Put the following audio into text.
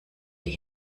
die